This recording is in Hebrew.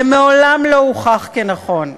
זה מעולם לא הוכח כנכון,